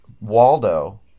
Waldo